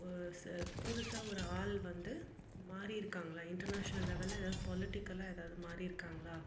ச புதுசாக ஒரு ஆள் வந்து மாறி இருக்காங்களா இன்டர்நேஷ்னல் லெவலில் எதாவது பொலிடிக்கலாக எதாவது மாறி இருக்காங்களா